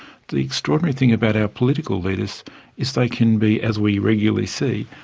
the extraordinary thing about our political leaders is they can be, as we regularly see,